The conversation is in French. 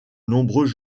nombreux